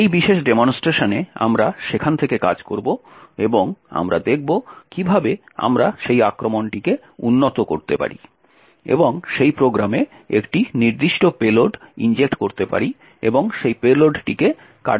এই বিশেষ ডেমনস্ট্রেশনে আমরা সেখান থেকে কাজ করব এবং আমরা দেখব কিভাবে আমরা সেই আক্রমণটিকে উন্নত করতে পারি এবং সেই প্রোগ্রামে একটি নির্দিষ্ট পেলোড ইনজেক্ট করতে পারি এবং সেই পেলোডটিকে কার্যকর করতে বাধ্য করতে পারি